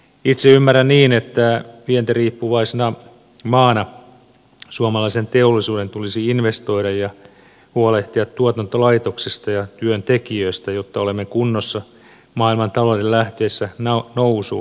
itse ymmärrän niin että vientiriippuvaisena maana suomalaisen teollisuuden tulisi investoida ja huolehtia tuotantolaitoksista ja työntekijöistä jotta olemme kunnossa maailmantalouden lähtiessä nousuun